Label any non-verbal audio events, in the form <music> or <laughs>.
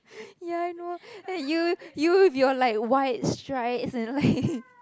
ya I know you you with your like wide strides and like <laughs>